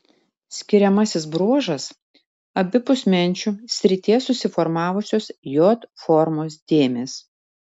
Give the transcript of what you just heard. skiriamasis bruožas abipus menčių srityje susiformavusios j formos dėmės